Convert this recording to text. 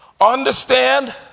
Understand